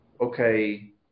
okay